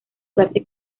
clase